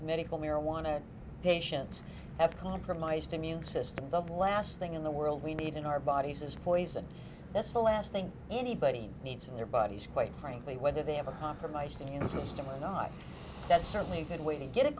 medical marijuana patients have compromised immune system both last thing in the world we need in our bodies as a poison that's the last thing anybody needs in their bodies quite frankly whether they have a compromised immune system or not that's certainly a good way to get a